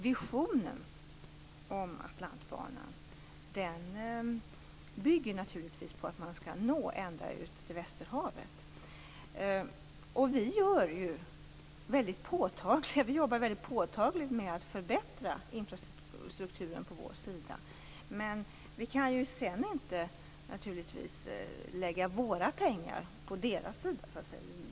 Visionen om Atlantbanan bygger naturligtvis på att man skall nå ända ut till Västerhavet. Vi jobbar väldigt påtagligt med att förbättra infrastrukturen på vår sida. Men vi kan ju inte lägga våra pengar på deras sida.